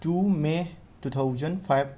two may two thousand five